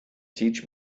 teach